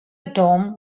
dome